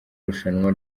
rushanwa